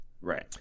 Right